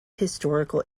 historical